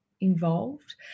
involved